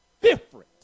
different